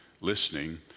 listening